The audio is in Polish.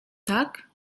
tak